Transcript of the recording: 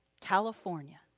California